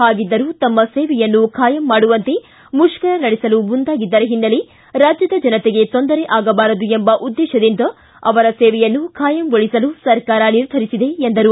ಹಾಗಿದ್ದರೂ ತಮ್ಮ ಸೇವೆಯನ್ನು ಖಾಯಂ ಮಾಡುವಂತೆ ಮುಷ್ಕರ ನಡೆಸಲು ಮುಂದಾಗಿದ್ದರ ಹಿನ್ನೆಲೆ ರಾಜ್ಯದ ಜನತೆಗೆ ತೊಂದರೆ ಆಗಬಾರದು ಎಂಬ ಉದ್ದೇಶದಿಂದ ಅವರ ಸೇವೆಯನ್ನು ಖಾಯಂ ಗೊಳಿಸಲು ಸರ್ಕಾರ ನಿರ್ಧರಿಸಿದೆ ಎಂದರು